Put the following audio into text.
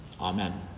Amen